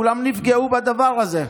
כולם נפגעו בדבר הזה.